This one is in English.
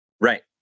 right